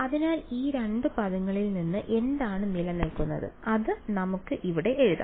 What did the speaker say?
അതിനാൽ ഈ രണ്ട് പദങ്ങളിൽ നിന്ന് എന്താണ് നിലനിൽക്കുന്നത് അത് നമുക്ക് ഇവിടെ എഴുതാം